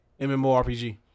MMORPG